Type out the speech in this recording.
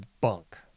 bunk